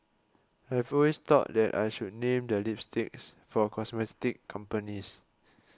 I've always thought that I should name the lipsticks for cosmetic companies